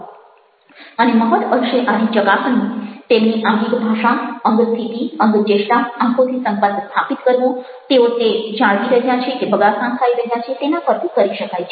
અને મહદંશે આની ચકાસણી તેમની આંગિક ભાષા અંગસ્થિતિ અંગચેષ્ટા આંખોથી સંપર્ક સ્થાપિત કરવો તેઓ તે જાળવી રહ્યા છે કે બગાસાં ખાઇ રહ્યા છે તેના પરથી કરી શકાય છે